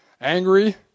angry